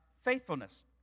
faithfulness